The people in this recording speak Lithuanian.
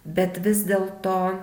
bet vis dėl to